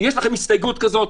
יש לכם הסתייגות כזאת,